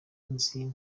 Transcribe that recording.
nzi